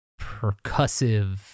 percussive